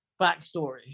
backstory